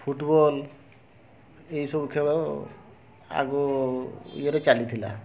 football ଏଇ ସବୁ ଖେଳ ଆଗ ଇଏରେ ଚାଲିଥିଲା